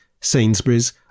Sainsbury's